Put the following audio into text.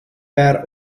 per